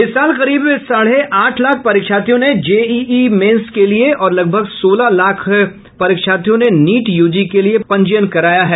इस साल करीब साढ़े आठ लाख परीक्षार्थियों ने जेईई मेन्स के लिए और लगभग सोलह लाख ने नीट यूजी के लिए पंजीयन कराया है